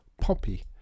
Poppy